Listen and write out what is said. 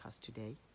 today